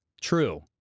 True